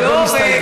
יש הרבה מסתייגים.